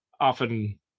often